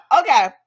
Okay